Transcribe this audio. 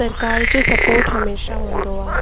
सरकार जो सपोट हमेशह हूंदो आहे